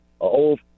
old